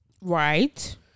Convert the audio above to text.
right